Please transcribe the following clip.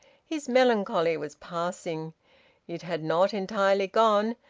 his melancholy was passing it had not entirely gone,